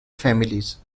families